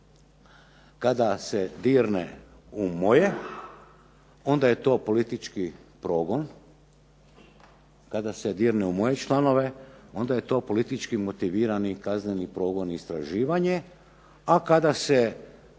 kada se dirne u moje onda je to politički progon, kada se dirne u moje članove onda je politički motivirani progon i istraživanje, a kada se dirne u druge,